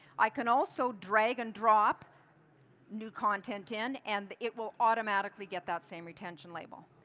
i can also drag and drop new content in, and it will automatically get that same retention label.